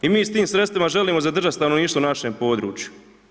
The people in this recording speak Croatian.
I mi s tim sredstvima želimo zadržati stanovništvo na našem području.